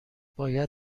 باید